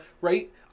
Right